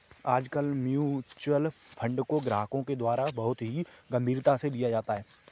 आजकल mutual fund को ग्राहकों के द्वारा बहुत ही गम्भीरता से लिया जाता है